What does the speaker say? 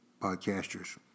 podcasters